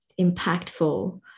impactful